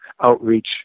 outreach